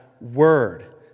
word